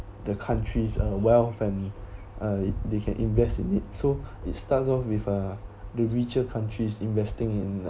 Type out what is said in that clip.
the country's uh wealth and uh they can invest in it so it starts off with uh the richer countries investing in